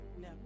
No